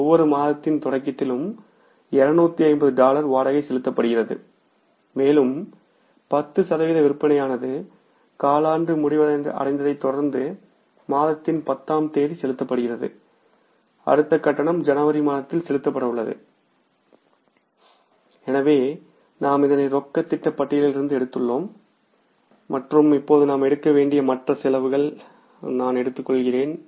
ஒவ்வொரு மாதத்தின் தொடக்கத்திலும் 250 டாலர் வாடகை செலுத்தப்படுகிறது மேலும் 10 சதவீத விற்பனையானது காலாண்டு முடிவடைந்ததைத் தொடர்ந்து மாதத்தின் 10 ஆம் தேதி செலுத்தப்படுகிறது அடுத்த கட்டணம் ஜனவரி மாதத்தில் செலுத்தப்பட உள்ளது எனவே நாம் இதனை ரொக்க திட்ட பட்டியலில் இருந்து எடுத்துள்ளோம் மற்றும் இப்போது நாம் எடுக்க வேண்டிய மற்ற செலவுகள் நான் எடுத்துக்கொள்கிறேன்